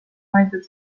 mainitud